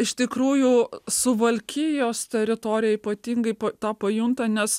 iš tikrųjų suvalkijos teritorijoj ypatingai po tą pajunta nes